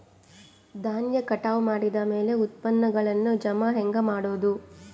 ಧಾನ್ಯ ಕಟಾವು ಮಾಡಿದ ಮ್ಯಾಲೆ ಉತ್ಪನ್ನಗಳನ್ನು ಜಮಾ ಹೆಂಗ ಮಾಡೋದು?